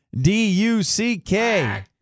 D-U-C-K